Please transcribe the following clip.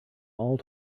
all